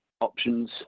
options